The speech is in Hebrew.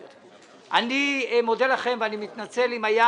אני מודה לכם, ואני מתנצל, אם היו